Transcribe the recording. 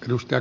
arvoisa